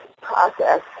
process